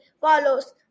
follows